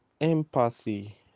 empathy